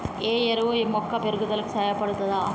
ఈ ఎరువు మొక్క పెరుగుదలకు సహాయపడుతదా?